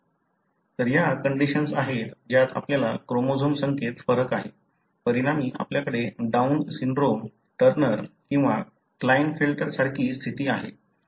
तर या कंडिशन्स आहेत ज्यात आपल्याला क्रोमोझोम संख्येत फरक आहे परिणामी आपल्याकडे डाउन सिंड्रोम टर्नर किंवा क्लाइनफेल्टर सारखी स्थिती आहे